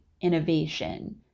innovation